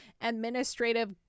administrative